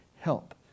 help